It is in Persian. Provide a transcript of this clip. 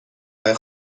های